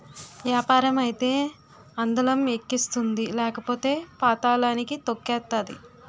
యాపారం అయితే అందలం ఎక్కిస్తుంది లేకపోతే పాతళానికి తొక్కేతాది